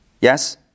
Yes